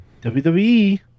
WWE